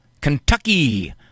Kentucky